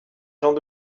gens